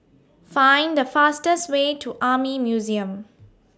Find The fastest Way to Army Museum